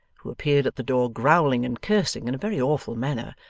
who appeared at the door growling and cursing in a very awful manner,